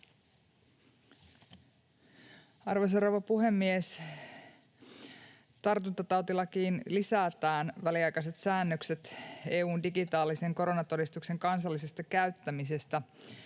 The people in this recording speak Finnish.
Arvoisa rouva puhemies! Tartuntatautilakiin lisätään väliaikaiset säännökset EU:n digitaalisen koronatodistuksen kansallisesta käyttämisestä